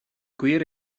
gwir